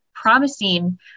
promising